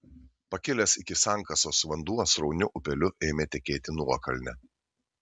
pakilęs iki sankasos vanduo srauniu upeliu ėmė tekėti nuokalne